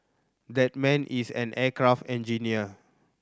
that man is an aircraft engineer